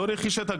לא רכישה.